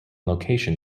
location